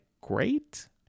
great